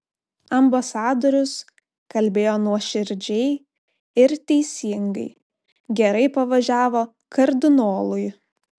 ambasadorius kalbėjo nuoširdžiai ir teisingai gerai pavažiavo kardinolui